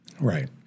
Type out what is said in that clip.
Right